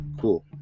cool